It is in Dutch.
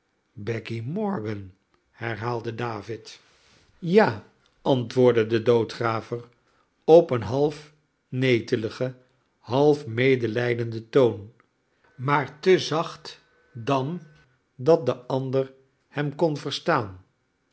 becky morgan herhaalde david ja antwoordde de doodgraver op een half neteligen half medelijdenden toon maar te zacht dan dat de ander hem kon verstaan